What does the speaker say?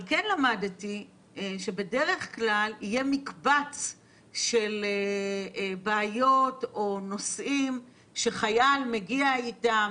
אבל כן למדתי שבדרך כלל יהיה מקבץ של בעיות או נושאים שחייל מגיע איתם,